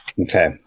Okay